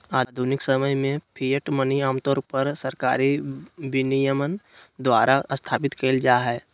आधुनिक समय में फिएट मनी आमतौर पर सरकारी विनियमन द्वारा स्थापित कइल जा हइ